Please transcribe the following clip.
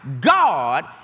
God